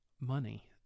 money